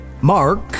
Mark